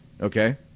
Okay